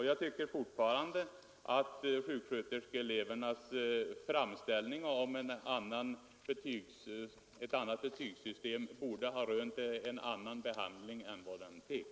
Jag tycker fortfarande att sjuksköterskeelevernas framställning om ett annat betygssystem borde ha rönt en annan behandling än den fick.